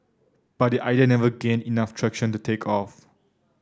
but the idea never gained enough traction to take off